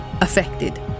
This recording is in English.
affected